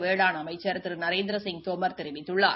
வேளாண் அமைச்சர் திரு நரேந்திரசிங் தோமர் தெரிவிததுள்ளார்